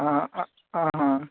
आं हां हां हां